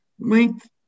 length